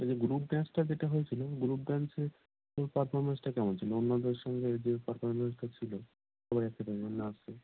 ওই যে গ্রুপ ডান্সটা যেটা হয়েছিল গ্রুপ ডান্সে ওর পারফরমেন্সটা কেমন ছিল অন্যদের সঙ্গে যে পারফরমেন্সটা ছিল সবাই এক সাথে নাচে